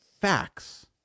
facts